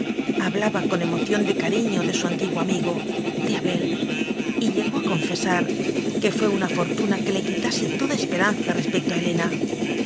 hablaba con emoción de cariño de su antiguo amigo de abel y llegó a confesar que fué una fortuna que le quitase toda esperanza respecto a he lena